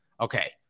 okay